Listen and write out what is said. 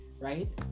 Right